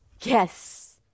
Yes